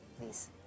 please